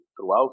throughout